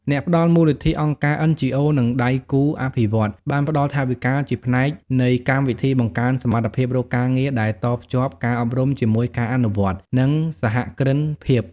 អ្នកផ្តល់មូលនិធិ អង្គការ NGO និងដៃគូអភិវឌ្ឍន៍ បានផ្តល់ថវិកាជាផ្នែកនៃកម្មវិធីបង្កើនសមត្ថភាពរកការងារដែលតភ្ជាប់ការអប់រំជាមួយការអនុវត្តន៍ និងសហគ្រិនភាព។